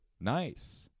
Nice